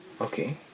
Okay